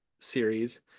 series